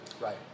Right